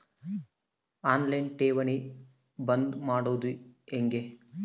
On line ಠೇವಣಿ ಬಂದ್ ಮಾಡೋದು ಹೆಂಗೆ?